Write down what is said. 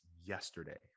yesterday